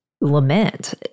lament